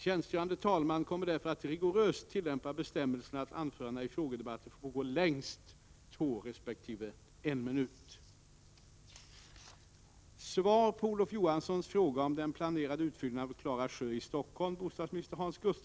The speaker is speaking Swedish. Tjänstgörande talman kommer därför att rigoröst tillämpa bestämmelserna att anföranden i frågedebatter får pågå längst två resp. en minut.